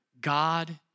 God